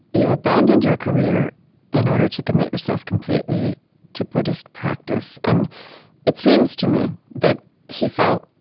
you abandoned your career in order to commit yourself completely to buddhist practice. and it seems to me that he felt,